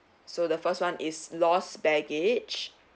so the first one is lost baggage